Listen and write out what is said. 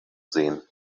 sehen